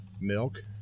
milk